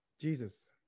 jesus